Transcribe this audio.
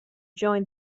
joined